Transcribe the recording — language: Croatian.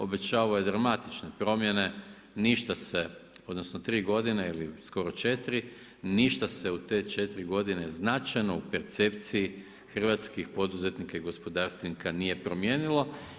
Obećavao je dramatične promjene, ništa se, odnosno tri godine ili skoro četiri, ništa se u te četiri godine značajno u percepciji hrvatskih poduzetnika i gospodarstvenika nije promijenilo.